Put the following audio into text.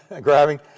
grabbing